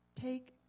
Take